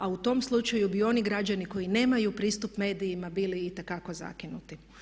A u tom slučaju bi oni građani koji nemaju pristup medijima bili itekako zakinuti.